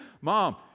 Mom